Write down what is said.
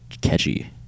catchy